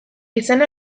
izena